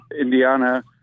Indiana